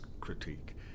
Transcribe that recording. critique